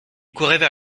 couraient